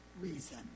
reason